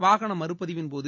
வாகன மறுபதிவின்போது